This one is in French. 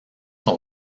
sont